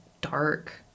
dark